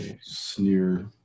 Sneer